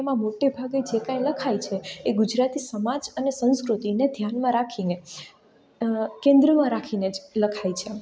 મોટે ભાગે જે કાંઈ લખાય છે એ ગુજરાતી સમાજ અને સંસ્કૃતિને ધ્યાનમાં રાખીને કેન્દ્રમાં રાખીને જ લખાય છે